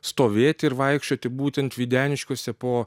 stovėti ir vaikščioti būtent videniškiuose po